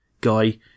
guy